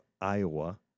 Iowa